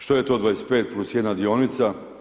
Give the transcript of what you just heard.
Što je to 25 + 1 dionica?